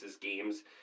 games